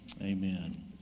Amen